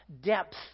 depth